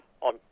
on